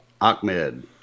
Ahmed